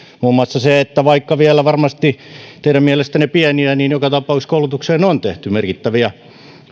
muun muassa vaikka nämä ovat varmasti teidän mielestänne vielä pieniä niin joka tapauksessa koulutukseen on tehty merkittäviä